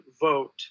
vote